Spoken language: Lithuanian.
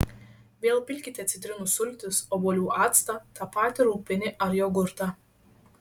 vėl pilkite citrinų sultis obuolių actą tą patį rūgpienį ar jogurtą